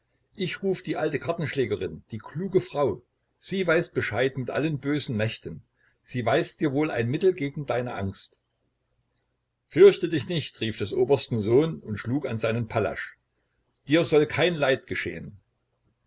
ich ruf die alte kartenschlägerin die kluge frau sie weiß bescheid mit allen bösen mächten sie weiß dir wohl ein mittel gegen deine angst fürchte dich nicht rief des obersten sohn und schlug an seinen pallasch dir soll kein leid geschehn